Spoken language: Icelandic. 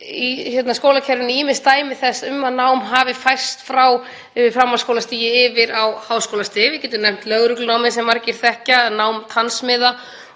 í skólakerfinu ýmis dæmi um að nám hafi færst frá framhaldsskólastigi yfir á háskólastig. Við getum nefnt lögreglunámið sem margir þekkja, nám tannsmiða